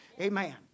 amen